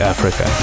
Africa